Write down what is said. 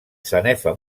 sanefa